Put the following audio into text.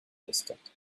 distant